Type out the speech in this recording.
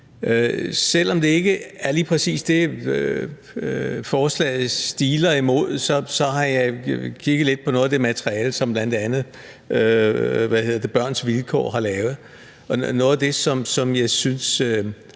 Selv om det ikke lige præcis er det, forslaget stiler imod, har jeg kigget lidt på noget af det materiale, som bl.a. Børns Vilkår har lavet. Noget af det, som jeg synes